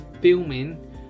filming